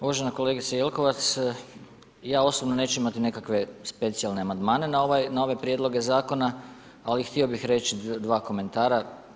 Uvažena kolegice Jelkovac, ja osobno neću imati specijalne amandmane na ove prijedloge zakona ali htio bih reći dva komentara.